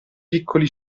piccoli